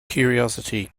curiosity